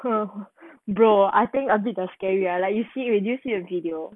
bro I think I'm a bit the scary ah like you see if you see the video